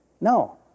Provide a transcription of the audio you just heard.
No